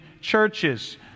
churches